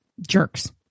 jerks